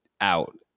out